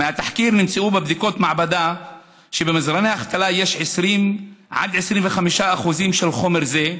בתחקיר נמצאו בבדיקות מעבדה שבמזרני החתלה יש 20% 25% של חומר זה,